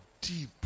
deep